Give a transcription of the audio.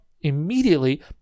immediately